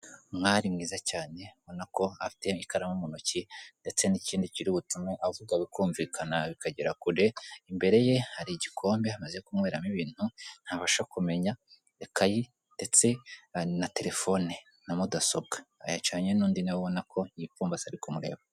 Umwari mwiza cyane mbona ko afite ikaramu mu ntoki ndetse n'ikindi kiri butume avuga bikumvikana bikagera kure imbere ye hari igikombe amaze kunyweramo ibintu ntabasha kumenya yakai ndetse na telefone na mudasobwa ayacanye n'undi nawe abona ko yipfumbase atari kumureba.